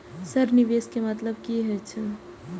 Sir निवेश के मतलब की हे छे?